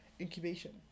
incubation